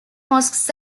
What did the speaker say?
mosques